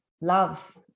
love